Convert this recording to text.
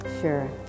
Sure